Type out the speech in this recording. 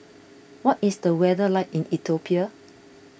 what is the weather like in Ethiopia